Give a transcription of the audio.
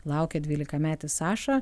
laukia dvylikametis saša